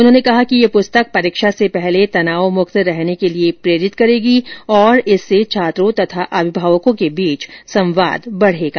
उन्होंने कहा कि यह पुस्तक परीक्षा से पहले तनाव मुक्त रहने के लिए प्रेरित करेगी और इससे छात्रों तथा अभिभावकों के बीच संवाद बढ़ेगा